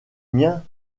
miens